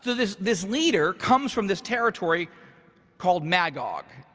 this this leader comes from this territory called magog,